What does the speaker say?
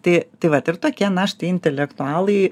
tai tai vat ir tokie na štai intelektualai